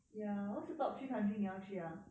ya what's the top three country 你要去 ah